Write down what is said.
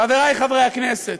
חברי חברי הכנסת,